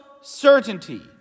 certainty